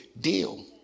deal